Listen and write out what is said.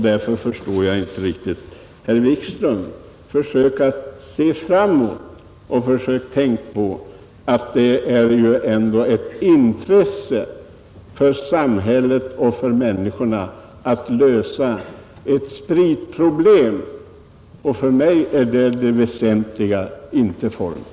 Därför förstår jag inte riktigt herr Wikström. Försök att se framåt och försök att tänka på att det är ett intresse för samhället och människorna att komma till rätta med spritproblemet! För mig är detta det väsentliga — inte formerna.